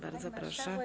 Bardzo proszę.